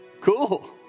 cool